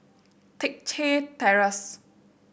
Teck Chye Terrace